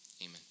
amen